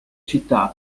città